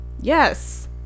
Yes